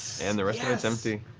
and the rest of it's empty.